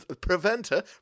Preventer